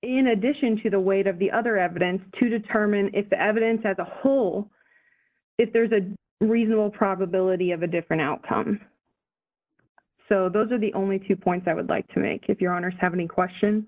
in addition to the weight of the other evidence to determine if the evidence as a whole if there is a reasonable probability of a different outcome so those are the only two points i would like to make if your honour's have any question